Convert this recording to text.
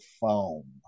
foam